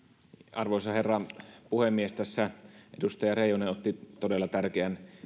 arvoisa herra puhemies tässä edustaja reijonen otti todella tärkeän